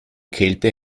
kälte